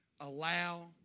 allow